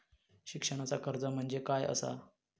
शिक्षणाचा कर्ज म्हणजे काय असा?